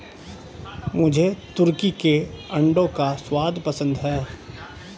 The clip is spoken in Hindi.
मुझे तुर्की के अंडों का स्वाद पसंद है